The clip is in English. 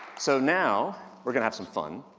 so now, we're going to have some fun.